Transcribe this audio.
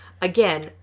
again